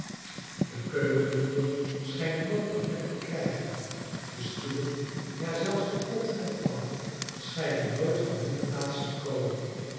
de keukenvloer schijnt nooit een vlek te krijgen de stoelen ja zelfs de potten en pannen schijnen nooit van hunne plaats te komen